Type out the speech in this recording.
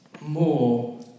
more